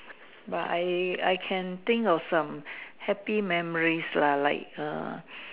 but I I can think of some happy memories lah like err